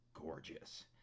gorgeous